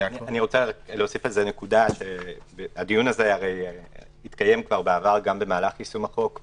הרי הדיון הזה התקיים כבר בעבר גם במהלך יישום החוק.